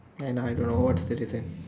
ya now I don't know what's the different